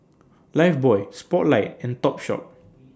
Lifebuoy Spotlight and Topshop